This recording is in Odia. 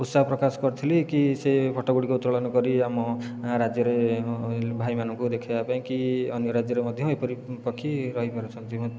ଉତ୍ସାହ ପ୍ରକାଶ କରିଥିଲି କି ସେ ଫଟୋ ଗୁଡ଼ିକ ଉତ୍ତୋଳନ କରି ଆମ ରାଜ୍ୟରେ ଭାଇମାନଙ୍କୁ ଦେଖାଇବା ପାଇଁ କି ଅନ୍ୟ ରାଜ୍ୟରେ ମଧ୍ୟ ଏପରି ପକ୍ଷୀ ରହିପାରୁଛନ୍ତି